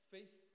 Faith